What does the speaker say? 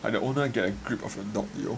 like the owner get a grip of your dog yo